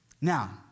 Now